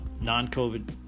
non-covid